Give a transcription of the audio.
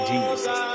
Jesus